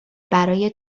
برای